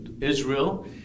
Israel